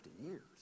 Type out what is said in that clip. years